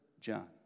John